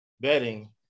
betting